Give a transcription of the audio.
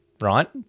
right